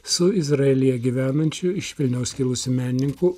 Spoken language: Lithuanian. su izraelyje gyvenančiu iš vilniaus kilusiu menininku